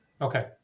Okay